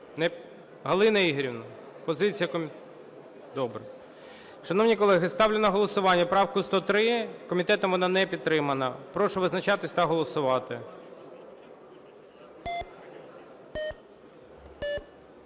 Галина Ігорівна, позиція комітету. Добре. Шановні колеги, ставлю на голосування правку 103. Комітетом вона не підтримана. Прошу визначатися та голосувати.